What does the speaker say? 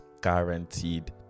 guaranteed